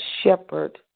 shepherd